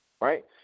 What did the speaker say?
Right